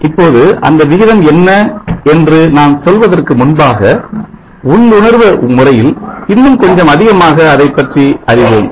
இப்போது அந்த விகிதம் என்ன என்று நான் சொல்வதற்கு முன்பாக உள்ளுணர்வு முறையில் இன்னும் கொஞ்சம் அதிகமாக அதைப் பற்றி அறிவோம்